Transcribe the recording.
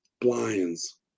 blinds